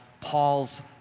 Paul's